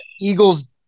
Eagles